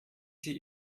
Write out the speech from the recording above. sie